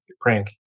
prank